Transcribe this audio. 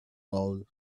loud